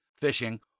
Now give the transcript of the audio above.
fishing